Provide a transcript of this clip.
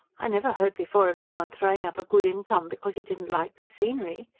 i never heard before of any one throwing up a good income because he didn't like the scenery.